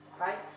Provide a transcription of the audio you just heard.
right